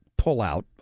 pullout